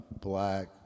black